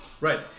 Right